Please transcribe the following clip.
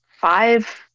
five